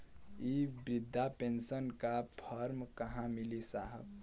इ बृधा पेनसन का फर्म कहाँ मिली साहब?